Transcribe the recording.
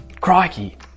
Crikey